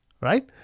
Right